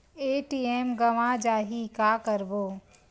ATM गवां जाहि का करबो?